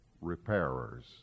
repairers